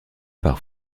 par